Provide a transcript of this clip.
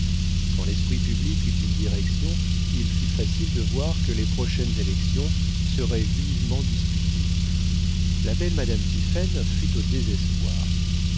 quand l'esprit public eut une direction il fut facile de voir que les prochaines élections seraient vivement disputées la belle madame tiphaine fut au désespoir